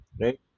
right